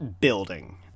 building